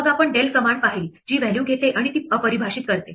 मग आपण del command पाहिली जी व्हॅल्यू घेते आणि ती अपरिभाषित करते